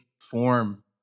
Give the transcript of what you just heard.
form